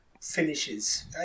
finishes